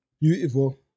Beautiful